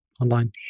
online